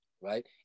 right